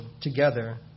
together